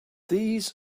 these